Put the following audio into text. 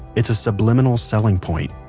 it's a subliminal selling point.